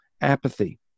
apathy